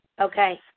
Okay